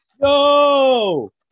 yo